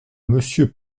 monsieur